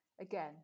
Again